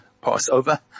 Passover